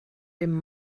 dem